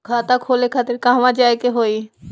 खाता खोले खातिर कहवा जाए के होइ?